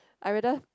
I rather